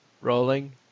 Rolling